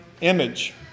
image